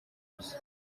gusa